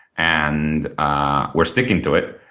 and ah we're sticking to it.